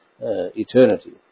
eternity